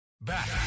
Back